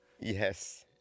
Yes